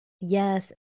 Yes